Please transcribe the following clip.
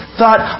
thought